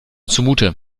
zumute